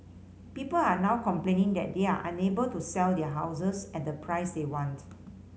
people are now complaining that they are unable to sell their houses at the price they want